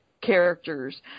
characters